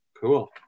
Cool